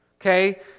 okay